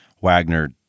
Wagner